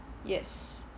yes